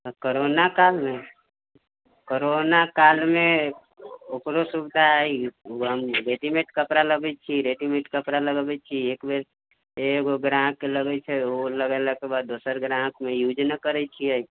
corona कालमे corona कालमे ओकरो सुविधा हइ ओ हम रेडीमेड कपड़ा लबैत छियै रेडीमेड कपड़ा लगबैत छियै एकबेर एगो ग्राहककेँ लगैत छै ओ लगयलाके बाद दोसर ग्राहकमे यूज न करैत छियै